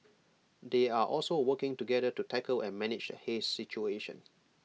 they are also working together to tackle and manage the haze situation